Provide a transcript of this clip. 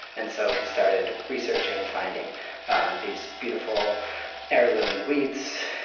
and so he started researching and finding these beautiful heirloom wheats,